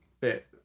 bit